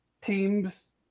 teams –